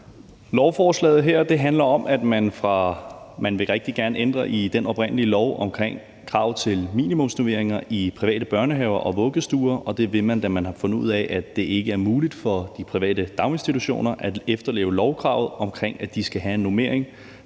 Lovforslaget her handler om, at man rigtig gerne vil ændre i den oprindelige lov om krav til minimumsnormeringer i private børnehaver og vuggestuer, og det vil man, da man har fundet ud af, at det ikke er muligt for de private daginstitutioner at efterleve lovkravet om, at de skal have en normering,